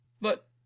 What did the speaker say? But—